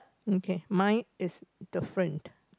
okay mine is different